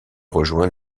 rejoint